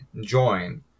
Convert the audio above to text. join